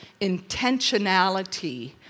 intentionality